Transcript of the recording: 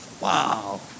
Wow